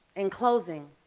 in closing,